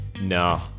No